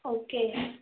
okay